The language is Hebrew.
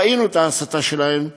ראינו את ההסתה שלהם,